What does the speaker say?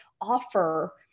offer